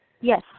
Yes